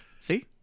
See